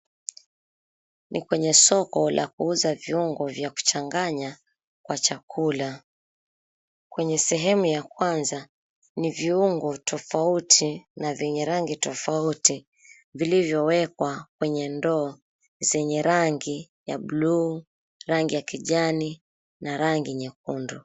Ni kwenye soko la kuuza viungo vya kuchanganya kwa chakula. Kwenye sehemu ya kwanza, ni viungo tofauti na vyenye rangi tofauti, vilivyowekwa kwenye ndoo zenye rangi ya buluu, rangi ya kijani na rangi nyekundu.